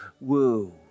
woo